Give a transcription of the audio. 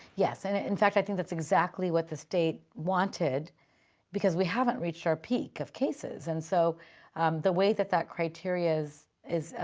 yes. and in fact, i think that's exactly what the state wanted because we haven't reached our peak of cases. and so the way that that criteria is designed,